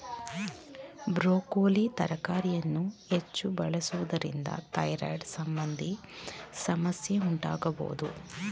broccoli ತರಕಾರಿಯನ್ನು ಹೆಚ್ಚು ಬಳಸುವುದರಿಂದ ಥೈರಾಯ್ಡ್ ಸಂಬಂಧಿ ಸಮಸ್ಯೆ ಉಂಟಾಗಬೋದು